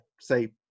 say